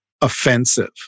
offensive